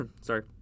sorry